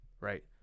right